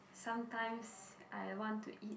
sometimes I want to eat